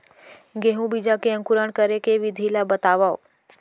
गेहूँ बीजा के अंकुरण करे के विधि बतावव?